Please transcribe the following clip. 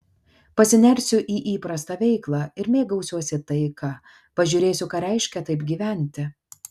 pasinersiu į įprastą veiklą ir mėgausiuosi taika pažiūrėsiu ką reiškia taip gyventi